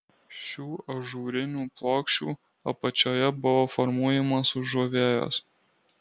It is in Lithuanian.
šių ažūrinių plokščių apačioje buvo formuojamos užuovėjos